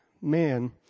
man